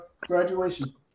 graduation